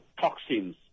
toxins